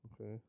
Okay